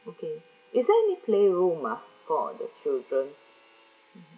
okay is there any playroom ah for the children mmhmm